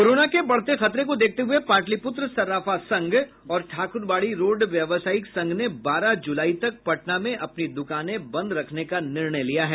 corona के बढ़ते खतरे को देखते हुये पाटलिपुत्र सर्राफा संघ और ठाकुरबाड़ी रोड व्यवसायिक संघ ने बारह जुलाई तक पटना में अपनी दुकानें बंद रखने का निर्णय लिया है